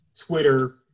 Twitter